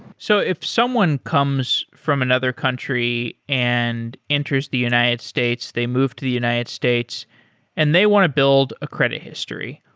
so if someone comes from another country and enters the united states, they moved to the united states and they want to build a credit history.